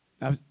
Now